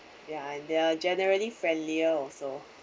ya and they are generally friendlier also